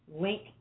link